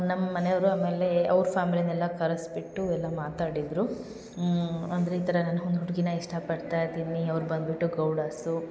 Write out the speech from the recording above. ನಮ್ಮ ಮನೆಯವರು ಆಮೇಲೆ ಅವ್ರ ಫ್ಯಾಮಿಲಿಯನೆಲ್ಲ ಕರೆಸ್ಬಿಟ್ಟು ಎಲ್ಲ ಮಾತಾಡಿದರು ಅಂದ್ರೆ ಈ ಥರ ನಾನು ಒಂದು ಹುಡುಗಿನ ಇಷ್ಟಪಡ್ತಾ ಇದ್ದೀನಿ ಅವ್ರು ಬಂದುಬಿಟ್ಟು ಗೌಡಾಸು